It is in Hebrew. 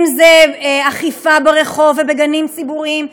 אם אכיפה ברחוב ובגנים ציבוריים,